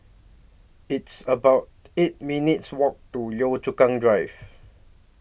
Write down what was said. It's about eight minutes' Walk to Yio Chu Kang Drive